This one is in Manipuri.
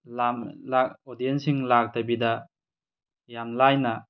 ꯑꯣꯗꯦꯟꯁꯤꯡ ꯂꯥꯛꯇꯕꯤꯗ ꯌꯥꯝ ꯂꯥꯏꯅ